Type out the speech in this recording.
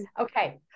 okay